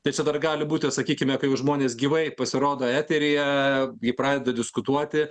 tai čia dar gali būt ir sakykime kai jau žmonės gyvai pasirodo eteryje jie pradeda diskutuoti